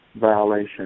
violation